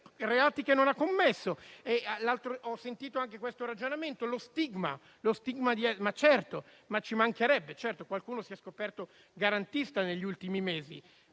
reati che non ha commesso. Ho sentito fare un ragionamento anche sullo stigma. Ma certo, ci mancherebbe! Certo, qualcuno si è scoperto garantista negli ultimi mesi,